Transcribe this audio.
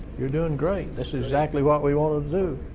you're doing great. this is exactly what we wanted to do.